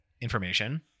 information